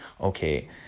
Okay